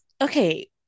Okay